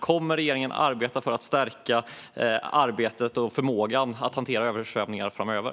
Kommer regeringen att arbeta för att stärka förmågan att hantera översvämningar framöver?